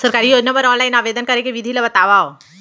सरकारी योजना बर ऑफलाइन आवेदन करे के विधि ला बतावव